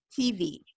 TV